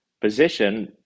position